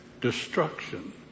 Destruction